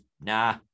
Nah